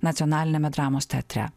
nacionaliniame dramos teatre